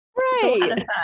Right